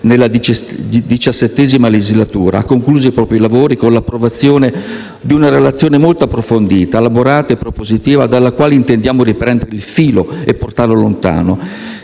nella XVII legislatura, ha concluso i propri lavori con l'approvazione di una relazione molto approfondita, elaborata e propositiva, dalla quale intendiamo riprendere il filo e portarlo lontano.